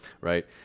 Right